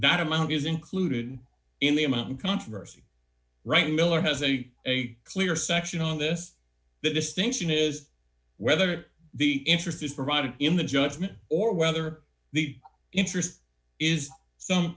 that amount is included in the amount of controversy right miller has a clear section on this the distinction is whether the interest is provided in the judgment or whether the interest is some